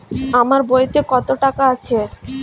আমার বইতে কত টাকা আছে?